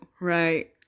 right